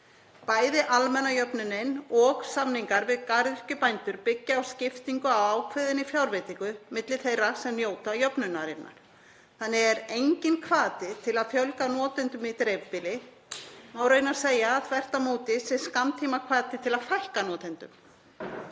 Bæði almenna jöfnunin og samningar við garðyrkjubændur byggja á skiptingu á ákveðinni fjárveitingu milli þeirra sem njóta jöfnunarinnar. Þannig er enginn hvati til að fjölga notendum í dreifbýli og má raunar segja að þvert á móti sé skammtímahvati til að fækka notendum.